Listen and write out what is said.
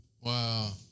Wow